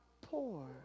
poor